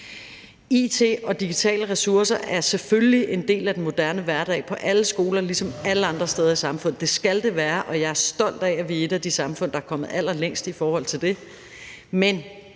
It og digitale ressourcer er selvfølgelig en del af den moderne hverdag på alle skoler, ligesom det er det alle andre steder i samfundet. Det skal det være, og jeg er stolt af, at vi er et af de samfund, der er kommet allerlængst i forhold til det,